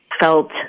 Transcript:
felt